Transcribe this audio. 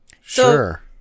sure